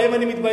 שבהן אני מתבייש.